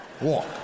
walk